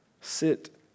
Sit